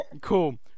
Cool